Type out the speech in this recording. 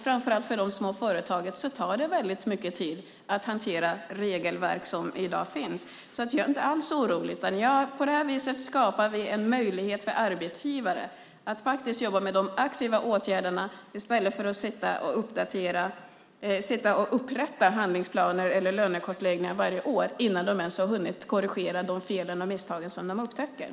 Framför allt för små företag tar det väldigt mycket tid att hantera det regelverk som i dag finns. Jag är inte alls orolig. På det här viset skapar vi en möjlighet för arbetsgivare att faktiskt jobba med de aktiva åtgärderna i stället för att sitta och upprätta handlingsplaner eller lönekartläggningar varje år innan man ens har hunnit korrigera de fel och misstag som upptäckts.